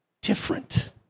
different